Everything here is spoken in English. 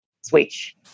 switch